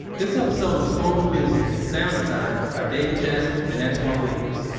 this episode was scored with music and sound design by david jassy and antwan williams.